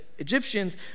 Egyptians